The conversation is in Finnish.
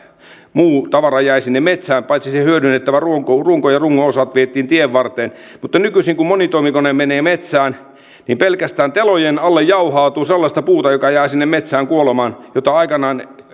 muu tavara jäivät sinne metsään paitsi se hyödynnettävä runko ja rungon osat vietiin tienvarteen mutta nykyisin kun monitoimikone menee metsään niin pelkästään telojen alle jauhautuu sellaista puuta joka jää sinne metsään kuolemaan ja